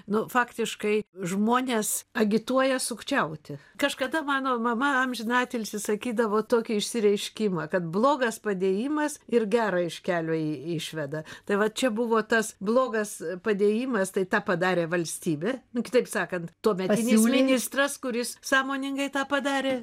nu faktiškai žmones agituoja sukčiauti kažkada mano mama amžinatilsį sakydavo tokį išsireiškimą kad blogas padėjimas ir gerą iš kelio i išveda tai va čia buvo tas blogas padėjimas tai tą padarė valstybė nu kitaip sakant tuometinis ministras kuris sąmoningai tą padarė